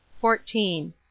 fourteen